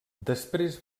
després